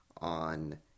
On